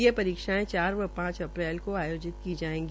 ये परीक्षायें चार व पांच अप्रैल को आयोजित की जायेगी